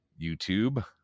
YouTube